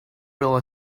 will